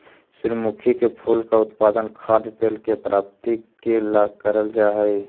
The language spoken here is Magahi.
सूर्यमुखी के फूल का उत्पादन खाद्य तेल के प्राप्ति के ला करल जा हई